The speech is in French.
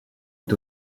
est